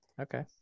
Okay